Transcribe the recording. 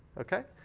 ok?